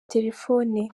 telefone